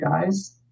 guys